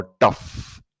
tough